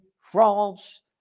France